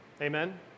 Amen